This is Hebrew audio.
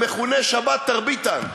המכונה "שבתרביטן",